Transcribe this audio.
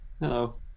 Hello